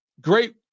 great